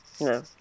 No